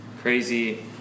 Crazy